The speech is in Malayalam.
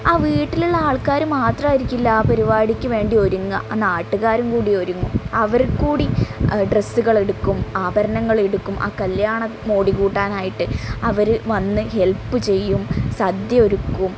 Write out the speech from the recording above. ആ വീട്ടിലുള്ള ആൾക്കാർ മാത്രമായിരിക്കില്ല ആ പരിപാടിക്ക് വേണ്ടി ഒരുങ്ങുക ആ നാട്ടുകാരും കൂടി ഒരുങ്ങും അവർക്കുകൂടി ഡ്രസ്സുകൾ എടുക്കും ആഭരണങ്ങൾ എടുക്കും ആ കല്ല്യാണം മോടി കൂട്ടനായിട്ട് അവർ വന്ന് ഹെൽപ്പ് ചെയ്യും സദ്യ ഒരുക്കും